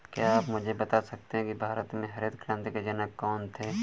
क्या आप मुझे बता सकते हैं कि भारत में हरित क्रांति के जनक कौन थे?